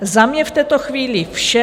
Za mě v této chvíli vše.